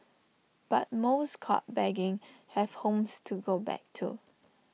but most caught begging have homes to go back to